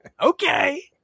okay